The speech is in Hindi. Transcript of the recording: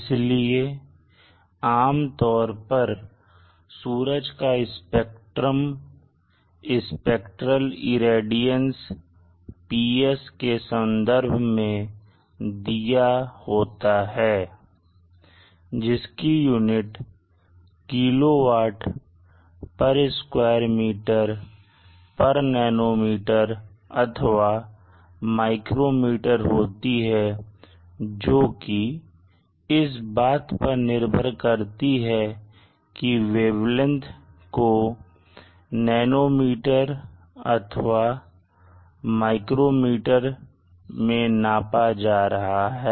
इसलिए आमतौर पर सूरज का स्पेक्ट्रम स्पेक्ट्रेल रेडियंस PS के संदर्भ में दिया होता है जिसकी unit kilo watt square metre nanometre अथवा माइक्रोमीटर होती है जो कि इस बात पर निर्भर करती है कि वेवलेंथ को नैनोमीटर अथवा माइक्रोमीटर मैं नापा जा रहा है